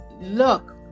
look